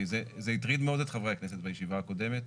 כי זה הטריד מאוד את חברי הכנסת בישיבה הקודמת.